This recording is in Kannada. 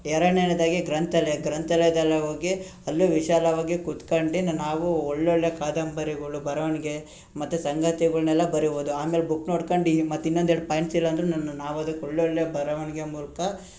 ಎರಡನೇಯದಾಗಿ ಗ್ರಂಥಾಲಯ ಗ್ರಂಥಾಲಯದಲ್ಲಿ ಹೋಗಿ ಅಲ್ಲೂ ವಿಶಾಲವಾಗಿ ಕೂತ್ಕಂಡು ನ ನಾವು ಒಳ್ಳೊಳ್ಳೆಯ ಕಾದಂಬರಿಗಳು ಬರವಣಿಗೆ ಮತ್ತು ಸಂಗತಿಗಳ್ನೆಲ್ಲ ಬರಿಬೋದು ಆಮೇಲೆ ಬುಕ್ ನೋಡ್ಕಂಡು ಮತ್ತು ಇನ್ನೊಂದೆರಡು ಪಾಯಿಂಟ್ಸ್ ಇಲ್ಲಾಂದರು ನನ್ನ ನಾವು ಅದಕ್ಕೆ ಒಳ್ಳೊಳ್ಳೆಯ ಬರವಣಿಗೆ ಮೂಲಕ